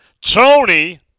Tony